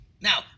Now